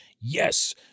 yes